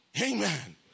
Amen